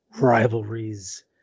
rivalries